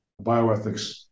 bioethics